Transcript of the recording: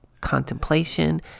contemplation